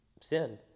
sin